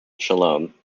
shalom